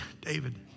David